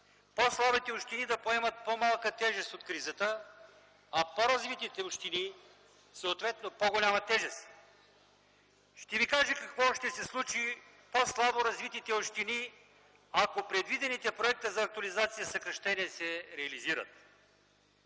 по-слабите общини да поемат по-малка тежест от кризата, а по-развитите общини – съответно по-голяма тежест. Ще Ви кажа какво ще се случи с по-слабо развитите общини, ако предвидените в проекта за актуализация съкращения се реализират: